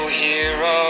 hero